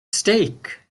stake